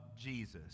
Jesus